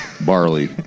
Barley